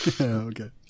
Okay